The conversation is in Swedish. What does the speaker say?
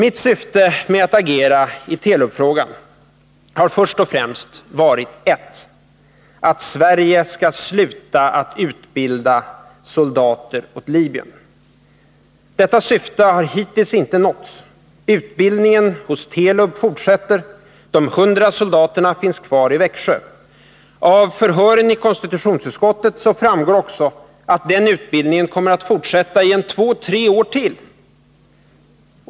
Mitt syfte med att agera i Telub-frågan har först och främst varit att Sverige skall sluta att utbilda soldater till Libyen. Detta syfte har hittills inte nåtts. Utbildningen hos Telub fortsätter. De 100 soldaterna finns kvar i Växjö, och av förhören i konstitutionsutskottet framgår också att den utbildningen kommer att fortsätta i två tre år till.